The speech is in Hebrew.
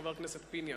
חבר הכנסת פיניאן.